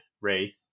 Wraith